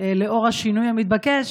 לאור השינוי המתבקש,